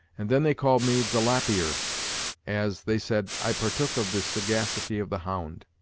and then they called me the lap-ear as, they said, i partook of the sagacity of the hound.